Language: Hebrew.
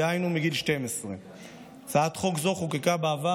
דהיינו מגיל 12. הצעת חוק זו חוקקה בעבר